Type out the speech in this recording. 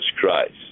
Christ